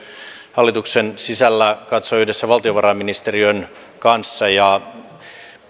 hallituksen sisällä katsoa yhdessä valtiovarainministeriön kanssa ja